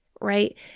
right